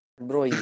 Bro